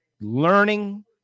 learning